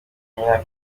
myaka